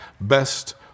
best